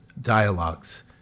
dialogues